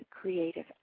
creative